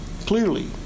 Clearly